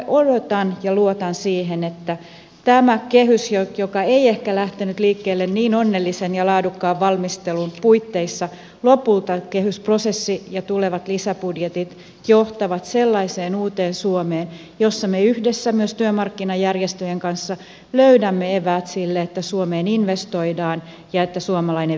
odotan ja luotan siihen että vaikka tämä kehys ei ehkä lähtenyt liikkeelle niin onnellisen ja laadukkaan valmistelun puitteissa lopulta kehysprosessi ja tulevat lisäbudjetit johtavat sellaiseen uuteen suomeen jossa me yhdessä myös työmarkkinajärjestöjen kanssa löydämme eväät sille että suomeen investoidaan ja että suomalainen vienti vetää